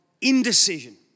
indecision